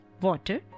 water